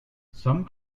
some